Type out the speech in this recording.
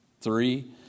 three